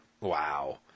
wow